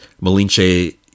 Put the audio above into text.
Malinche